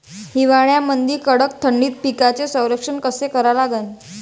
हिवाळ्यामंदी कडक थंडीत पिकाचे संरक्षण कसे करा लागन?